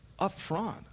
upfront